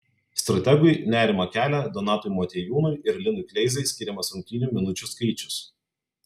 strategui nerimą kelia donatui motiejūnui ir linui kleizai skiriamas rungtynių minučių skaičius